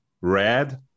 Red